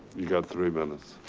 you got three minutes.